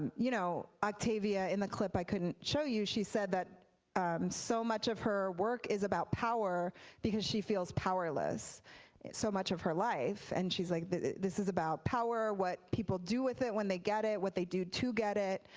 you know octavia, in the clip i couldn't show you, she said so much of her work is about power because she feels powerless so much of her life. and she's like this is about power what people do with it when they get it, what they do to get it,